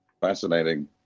fascinating